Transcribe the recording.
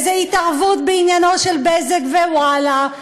זאת התערבות בעניינם של "בזק" ו"וואלה".